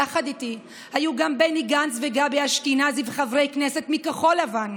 יחד איתי היו גם בני גנץ וגבי אשכנזי וחברי כנסת מכחול לבן.